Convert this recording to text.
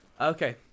Okay